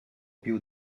più